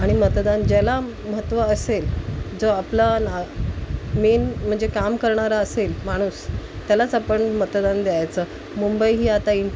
आणि मतदान ज्याला महत्त्व असेल जो आपला ना मेन म्हणजे काम करणारा असेल माणूस त्यालाच आपण मतदान द्यायचं मुंबई ही आता इं